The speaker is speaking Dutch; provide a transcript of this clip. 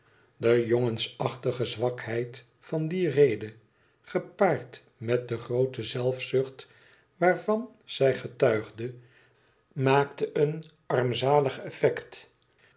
de jongensachtige zwakheid van die rede gepaard met de groote zelfzucht waarvan zij getuigde maakte een armzalig effect